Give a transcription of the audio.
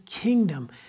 kingdom